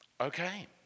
okay